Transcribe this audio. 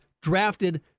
drafted